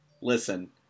listen